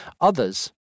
Others